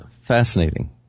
fascinating